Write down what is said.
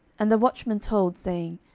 and the watchman told, saying,